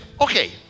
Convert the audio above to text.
Okay